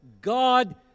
God